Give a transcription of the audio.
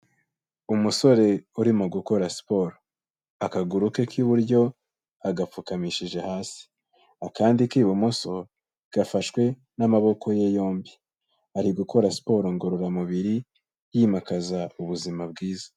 Umusore urimo gukora siporo. Akaguru ke k'iburyo agapfukamishije hasi, akandi k'ibumoso gafashwe n'amaboko ye yombi. Ari gukora siporo ngororamubiri yimakaza ubuzima bwiza.